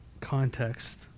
context